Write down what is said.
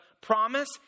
promise